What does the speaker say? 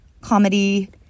comedy